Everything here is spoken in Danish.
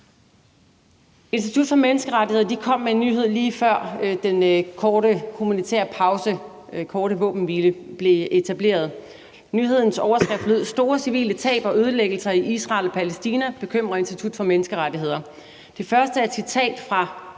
Institut for Menneskerettigheder kom med en nyhed, lige før den korte humanitære pause, den korte våbenhvile, blev etableret. Nyhedens overskrift lød: Store civile tab og ødelæggelser i Israel og Palæstina bekymrer Institut for Menneskerettigheder. Det første er et citat fra